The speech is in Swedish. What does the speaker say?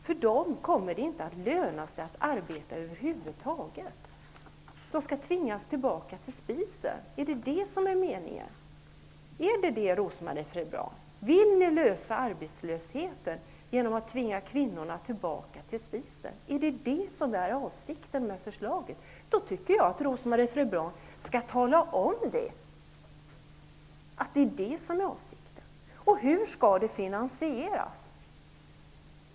För dem kommer det inte att löna sig att arbeta över huvud taget. De skall tvingas tillbaka till spisen! Är det vad som är meningen, Rose-Marie Frebran? Vill ni lösa arbetslöshetsproblemet genom att tvinga kvinnorna tillbaka till spisen? Om det är avsikten med förslaget tycker jag att Rose-Marie Frebran skall tala om det. Och hur skall vårdnadsbidraget finansieras?